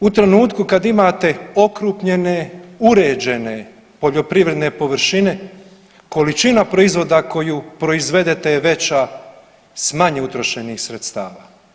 U trenutku kad imate okrupnjene, uređene poljoprivredne površine količina proizvoda koju proizvedete je veća s manje utrošenih sredstava.